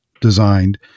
designed